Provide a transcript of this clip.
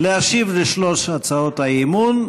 להשיב על שלוש הצעות האי-אמון.